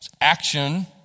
action